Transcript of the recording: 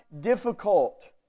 difficult